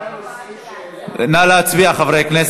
אני רוצה לומר ששני הנושאים שהעלינו, חברי הכנסת,